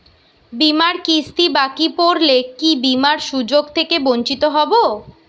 বিমার কিস্তি বাকি পড়লে কি বিমার সুযোগ থেকে বঞ্চিত হবো?